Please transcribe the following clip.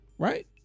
Right